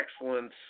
excellence